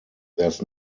there’s